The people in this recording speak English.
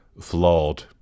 flawed